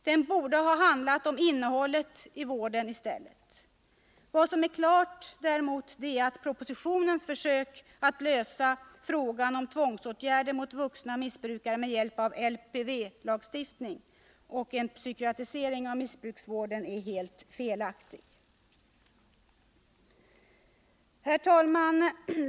Den borde ha handlat om innehållet i vården i stället. Det är ju klart att propositionens försök att lösa frågan om tvångsåtgärder mot vuxna missbrukare med hjälp av LPV lagstiftning och en psykiatrisering av missbruksvården är helt felaktigt. Herr talman!